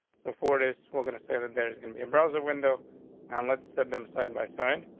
so for this, we're going to say that there's gonna be a browser window on. let's set them side by side.